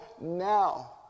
now